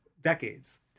decades